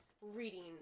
reading